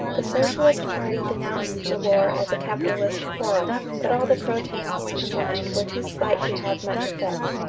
the socialist party denounced the war as a capitalist quarrel but all the protests combined were too slight to have much effect.